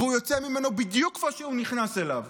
והוא יוצא ממנו בדיוק כמו שהוא נכנס אליו.